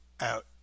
out